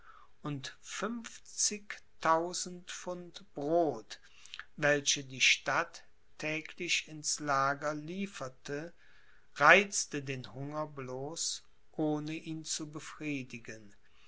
und fünfzigtausend pfund brod welche die stadt täglich ins lager lieferte reizten den hunger bloß ohne ihn zu befriedigen